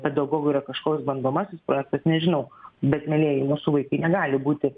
pedagogų yra kažkoks bandomasis projektas nežinau bet mielieji mūsų vaikai negali būti